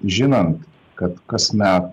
žinant kad kasmet